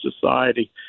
society